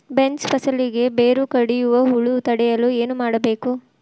Beans ಫಸಲಿಗೆ ಬೇರು ಕಡಿಯುವ ಹುಳು ತಡೆಯಲು ಏನು ಮಾಡಬೇಕು?